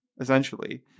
essentially